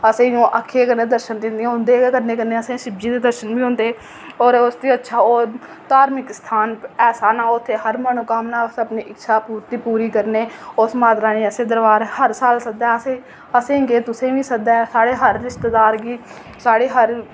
असें गी ओह् अक्खियें कन्नै दर्शन दिंदी ओह् उं'दे गै कन्नै कन्नै असें ई शिवजी दे दर्शन बी होंदे होर उस तू अच्छा होर धार्मिक स्थान ऐसा ना उत्थै हर मनोकामना पूरी ते इच्छापुर्ति पूरी करने ओह् माता रानी दरबार हर साल सद्दे असें ई असेंगी केह् तुसें गी बी सद्दे साढ़े हर रिश्तेदार गी साढ़े हर